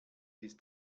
ist